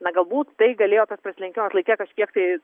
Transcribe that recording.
na galbūt tai galėjo tas prasilenkimas laike kažkiek tai